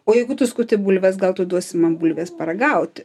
o jeigu tu skuti bulves gal tu duosi man bulvės paragaut